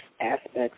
aspects